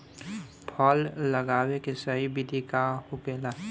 फल लगावे के सही विधि का होखेला?